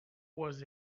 was